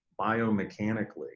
biomechanically